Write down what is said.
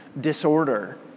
disorder